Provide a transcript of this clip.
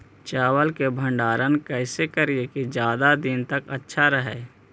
चावल के भंडारण कैसे करिये की ज्यादा दीन तक अच्छा रहै?